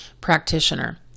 practitioner